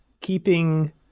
keeping